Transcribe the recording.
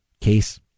case